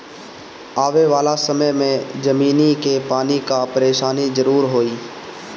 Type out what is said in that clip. आवे वाला समय में जमीनी के पानी कअ परेशानी जरूर होई